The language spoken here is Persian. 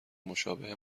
مشابه